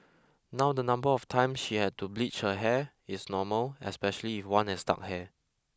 now the number of time she had to bleach her hair is normal especially if one has dark hair